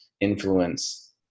influence